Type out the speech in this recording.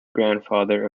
grandfather